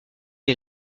est